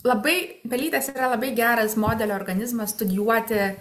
labai pelytės yra labai geras modelio organizmas studijuoti